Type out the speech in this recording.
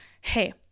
Hey